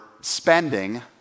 spending